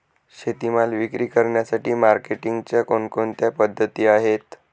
शेतीमाल विक्री करण्यासाठी मार्केटिंगच्या कोणकोणत्या पद्धती आहेत?